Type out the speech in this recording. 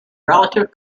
relative